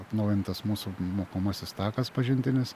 atnaujintas mūsų mokomasis takas pažintinis